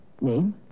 Name